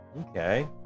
Okay